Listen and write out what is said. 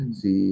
si